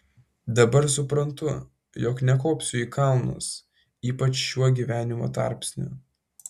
dabar suprantu jog nekopsiu į kalnus ypač šiuo gyvenimo tarpsniu